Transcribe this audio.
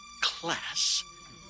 class